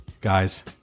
Guys